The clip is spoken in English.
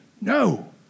No